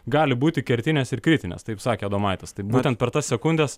gali būti kertinės ir kritinės taip sakė adomaitis tai būtent per tas sekundes